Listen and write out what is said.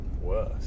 worse